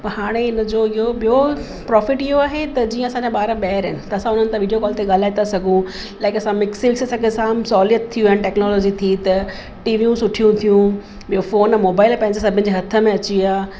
हाणे हिन जो इहो ॿियो प्रोफ़िट इहो आहे त जीअं असांजा ॿार ॿाहिरि आहिनि त असां उन्हनि सां वीडियो कॉल ते ॻाल्हाए था सघूं लाइक असां मिक्सी विक्सी असांखे जाम सहूलियत थियूं आहिनि टेक्नोलॉजी थी त टीवियूं सुठियूं थियूं ॿियो फ़ोन मोबाइल पंहिंजे सभिनि जे हथ में अची विया